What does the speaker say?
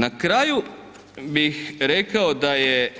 Na kraju bih rekao da je